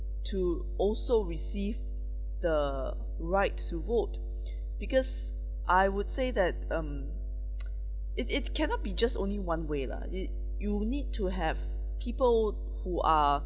to also receive the right to vote because I would say that um it it cannot be just only one way lah it you need to have people who are